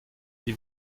wir